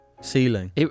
ceiling